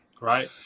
right